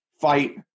fight